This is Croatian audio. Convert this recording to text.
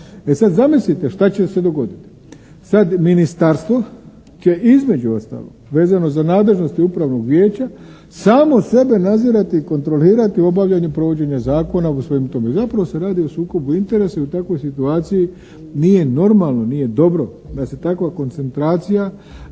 E sada, zamislite šta će se dogoditi. Sada ministarstvo će između ostalog vezano za nadležnosti upravnog vijeća samo sebe nadzirati i kontrolirati u obavljanju provođenja zakona u svemu tome. Zapravo se radi o sukobu interesa i u takvoj situaciji nije normalno, nije dobro da se takva koncentracija